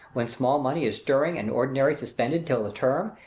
when small money is stirring, and ordinaries suspended till the term,